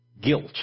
guilt